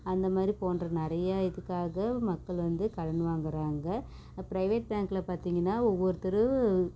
அந்தமாதிரி போன்ற நிறைய இதுக்காக மக்கள் வந்து கடன் வாங்குறாங்க ப்ரைவேட் பேங்க்ல பார்த்திங்கன்னா ஒவ்வொருத்தவரும்